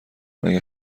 مگه